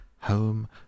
Home